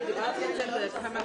אני מחדש את הישיבה